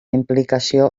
implicació